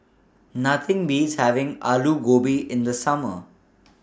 Nothing Beats having Alu Gobi in The Summer